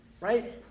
right